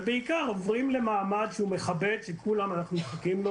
ובעיקר עוברים למעמד שהוא מכבד שכולנו מחכים לו